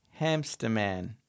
Hamsterman